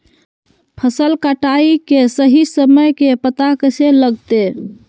फसल कटाई के सही समय के पता कैसे लगते?